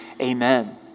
amen